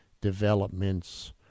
developments